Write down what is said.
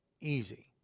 easy